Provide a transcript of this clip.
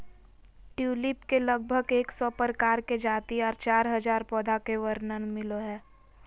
tulip के लगभग एक सौ प्रकार के जाति आर चार हजार पौधा के वर्णन मिलो हय